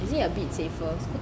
is it a bit safer